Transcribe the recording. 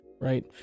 right